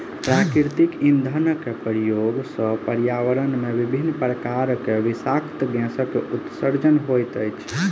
प्राकृतिक इंधनक प्रयोग सॅ पर्यावरण मे विभिन्न प्रकारक विषाक्त गैसक उत्सर्जन होइत अछि